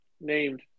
named